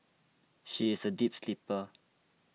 she is a deep sleeper